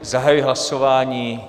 Zahajuji hlasování.